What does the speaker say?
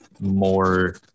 more